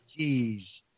Jeez